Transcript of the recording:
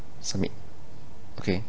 submit okay